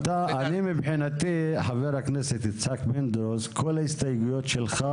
מבחינתי כל ההסתייגויות שלך,